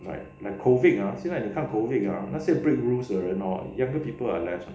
like like COVID ah 现在你看 COVID 啊那些 break rules 的人 hor younger people are less